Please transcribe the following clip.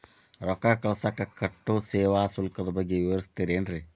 ರೊಕ್ಕ ಕಳಸಾಕ್ ಕಟ್ಟೋ ಸೇವಾ ಶುಲ್ಕದ ಬಗ್ಗೆ ವಿವರಿಸ್ತಿರೇನ್ರಿ?